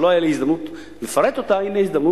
שלא היתה לי הזדמנות לפרט אותה,